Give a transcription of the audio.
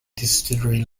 distillery